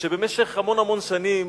שבמשך המון המון שנים,